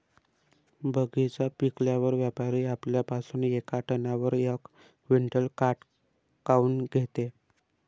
बगीचा विकल्यावर व्यापारी आपल्या पासुन येका टनावर यक क्विंटल काट काऊन घेते?